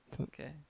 Okay